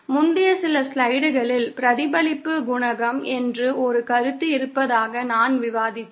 முந்தைய சில ஸ்லைடுகளில் பிரதிபலிப்பு குணகம் என்று ஒரு கருத்து இருப்பதாக நான் விவாதித்தேன்